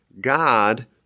God